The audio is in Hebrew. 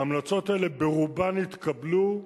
ההמלצות האלה ברובן התקבלו,